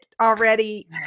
already